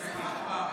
יסמין.